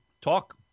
Talk